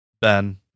Ben